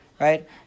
right